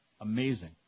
Amazing